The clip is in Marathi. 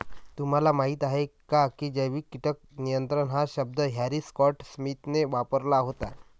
तुम्हाला माहीत आहे का की जैविक कीटक नियंत्रण हा शब्द हॅरी स्कॉट स्मिथने वापरला होता?